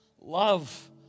love